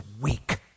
weak